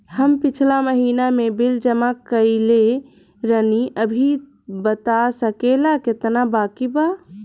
हम पिछला महीना में बिल जमा कइले रनि अभी बता सकेला केतना बाकि बा?